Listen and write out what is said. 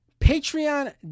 Patreon